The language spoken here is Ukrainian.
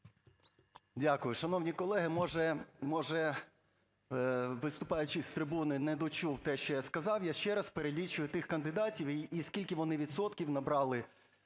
Дякую. Шановні колеги, може, може, виступаючий з трибуни не дочув те, що я сказав. Я ще раз перелічую тих кандидатів і скільки вони відсотків набрали